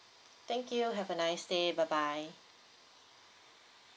thank you have a nice day bye bye